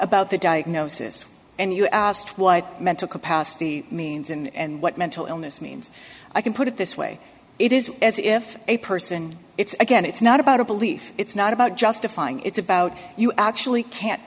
about the diagnosis and you asked what mental capacity means and what mental illness means i can put it this way it is as if a person it's again it's not about a belief it's not about justifying it's about you actually can't